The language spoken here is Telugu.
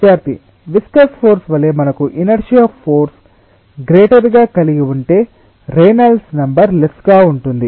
విద్యార్థి విస్కస్ ఫోర్స్ వలె మనకు ఇనర్శియా ఫోర్స్ గ్రేటర్ గా కలిగి ఉంటె రేనాల్డ్స్ నెంబర్ లెస్ గా ఉంటుంది